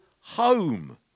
home